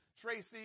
tracy